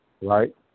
right